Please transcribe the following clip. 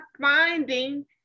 finding